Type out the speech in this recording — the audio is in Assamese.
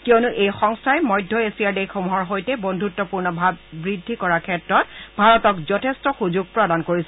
কিয়নো এই সংস্থাই মধ্য এছীয়াৰ দেশসমূহৰ সৈতে বন্ধুত্পূৰ্ণ ভাৱ বৃদ্ধি কৰাৰ ক্ষেত্ৰত ভাৰতক যথেষ্ট সূযোগ প্ৰদান কৰিছে